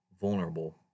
vulnerable